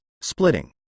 splitting